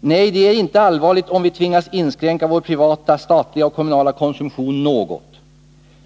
Nej, det är inte allvarligt om vi tvingas inskränka vår privata, statliga och kommunala konsumtion något.